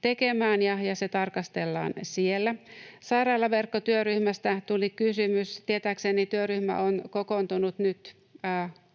tekemään, ja se tarkastellaan siellä. Sairaalaverkkotyöryhmästä tuli kysymys. Tietääkseni työryhmä on kokoontunut nyt